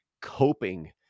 coping